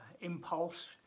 impulse